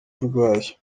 urwaye